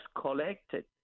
collected